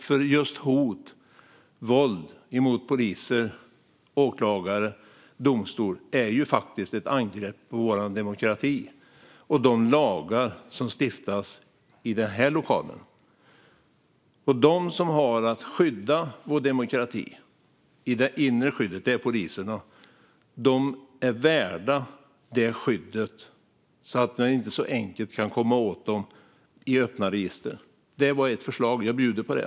Hot och våld mot poliser, åklagare och domstolar är ju faktiskt ett angrepp på vår demokrati och de lagar som stiftas i den här lokalen. De som har att skydda vår demokrati - det vill säga står för det inre skyddet - är poliserna. De är värda detta skydd så att man inte så enkelt kan komma åt dem i öppna register. Det var ett förslag - jag bjuder på det.